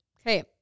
Okay